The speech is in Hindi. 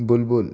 बुलबुल